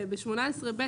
ב-18ב,